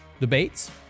debates